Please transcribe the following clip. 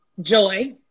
Joy